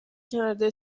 کرده